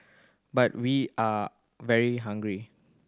but we are very hungry